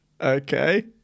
Okay